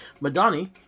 Madani